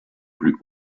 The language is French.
plus